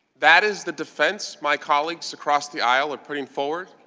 that is the defense my colleagues across the aisle are putting forward.